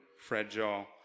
fragile